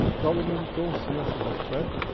governments don't see us as a threat.